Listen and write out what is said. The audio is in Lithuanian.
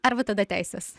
arba tada teisės